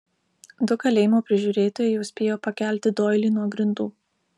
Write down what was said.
du kalėjimo prižiūrėtojai jau spėjo pakelti doilį nuo grindų